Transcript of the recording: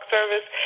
Service